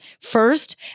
first